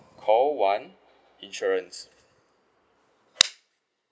call one insurance